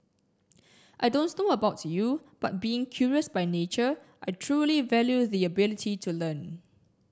I don't know about you but being curious by nature I truly value the ability to learn